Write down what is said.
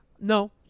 No